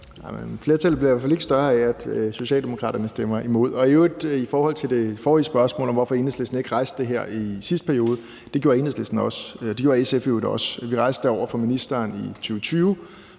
Flertallet bliver i hvert fald ikke større af, at Socialdemokraterne stemmer imod. I øvrigt vil jeg sige i forhold til det forrige spørgsmål om, hvorfor Enhedslisten ikke rejste det her i sidste periode, at det gjorde Enhedslisten også, og at det gjorde SF i øvrigt også. Vi rejste det over for ministeren i 2020